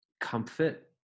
comfort